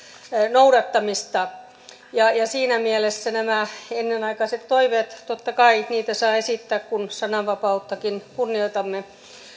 noudattamista siinä mielessä näitä ennenaikaisia toiveita saa totta kai esittää kun sananvapauttakin kunnioitamme